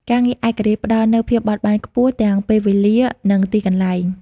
ការងារឯករាជ្យផ្តល់នូវភាពបត់បែនខ្ពស់ ទាំងពេលវេលា និងទីកន្លែង។